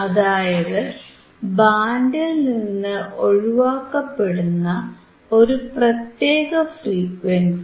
അതായത് ബാൻഡിൽനിന്ന് ഒഴിവാക്കപ്പെടുന്ന ഒരു പ്രത്യേക ഫ്രീക്വൻസി